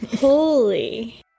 holy